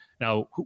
Now